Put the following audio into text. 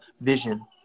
vision